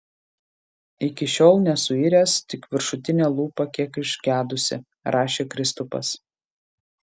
iki šiol nesuiręs tik viršutinė lūpa kiek išgedusi rašė kristupas